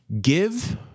give